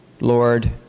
Lord